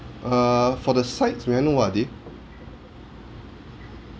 err for the sides may I know what are they?